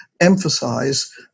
emphasize